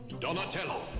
Donatello